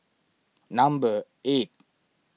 number eight